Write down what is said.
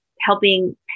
helping